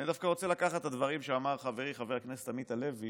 ואני דווקא רוצה לקחת את הדברים שאמר חברי חבר הכנסת עמית הלוי